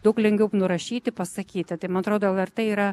daug lengviau nurašyti pasakyti tai man atrodo lrt yra